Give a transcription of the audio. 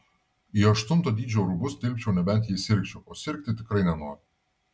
į aštunto dydžio rūbus tilpčiau nebent jei sirgčiau o sirgti tikrai nenoriu